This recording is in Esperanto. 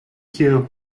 kio